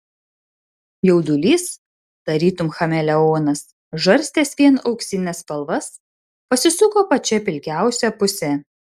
jaudulys tarytum chameleonas žarstęs vien auksines spalvas pasisuko pačia pilkiausia puse